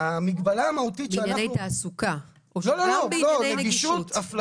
בענייני תעסוקה או גם בענייני נגישות?